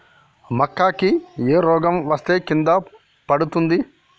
మక్కా కి ఏ రోగం వస్తే కింద పడుతుంది?